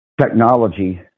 technology